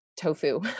tofu